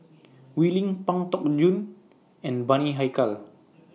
Wee Lin Pang Teck Joon and Bani Haykal